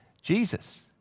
Jesus